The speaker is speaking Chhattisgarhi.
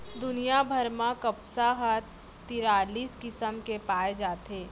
दुनिया भर म कपसा ह तिरालिस किसम के पाए जाथे